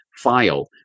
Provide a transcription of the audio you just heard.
file